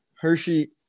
Hershey